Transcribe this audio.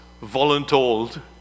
voluntold